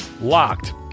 locked